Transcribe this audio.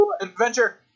Adventure